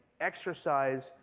exercise